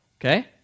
Okay